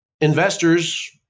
investors